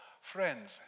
Friends